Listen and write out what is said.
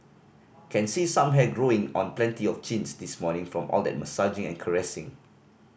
can see some hair growing on plenty of chins this morning from all that massaging and caressing